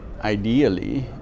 ideally